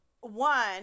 One